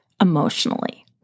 emotionally